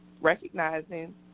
recognizing